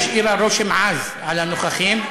והשאירה רושם עז על הנוכחים.